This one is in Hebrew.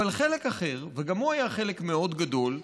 אבל חלק אחר, וגם הוא היה חלק מאוד גדול,